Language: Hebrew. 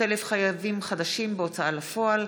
והיבה יזבק בנושא: 300,000 חייבים חדשים בהוצאה לפועל,